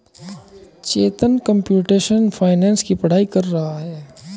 चेतन computational finance की पढ़ाई कर रहा है